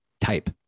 type